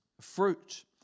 fruit